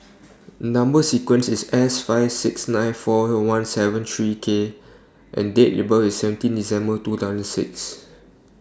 Number sequence IS S five six nine four one seven three K and Date of birth IS seventeen December two thousand and six